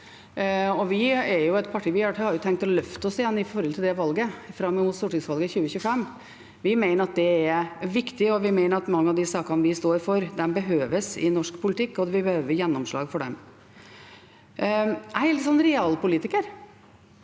vi gjorde nå. Vi har tenkt å løfte oss igjen i forhold til dette valget fram mot stortingsvalget 2025. Vi mener at det er viktig, og vi mener at mange av de sakene vi står for, behøves i norsk politikk, og at vi behøver gjennomslag for dem. Jeg er litt realpolitiker,